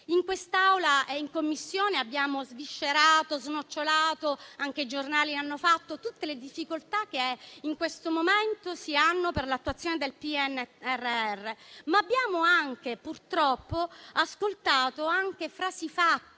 In Aula e in Commissione abbiamo sviscerato e snocciolato - anche i giornali lo hanno fatto - tutte le difficoltà che in questo momento si hanno per l'attuazione del PNRR, ma purtroppo abbiamo anche ascoltato frasi fatte,